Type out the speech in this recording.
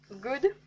good